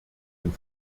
dem